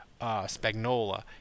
Spagnola